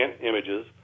Images